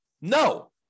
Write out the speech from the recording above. No